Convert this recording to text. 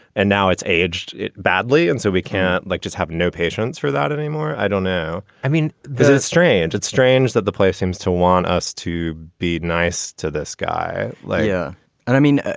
and now it's aged it badly. and so we can like just have no patience for that anymore. i don't know. i mean, this is strange it's strange that the place seems to want us to be nice to this guy like yeah and i mean,